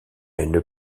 une